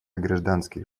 гражданских